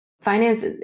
Finance